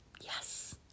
Yes